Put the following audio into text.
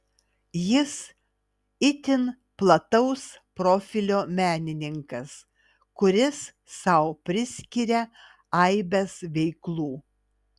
jis itin plataus profilio menininkas kuris sau priskiria aibes veiklų